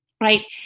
right